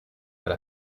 elle